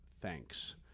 thanks